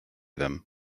them